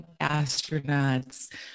astronauts